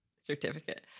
Certificate